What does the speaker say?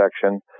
section